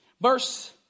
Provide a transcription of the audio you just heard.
Verse